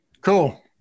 Cool